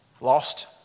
lost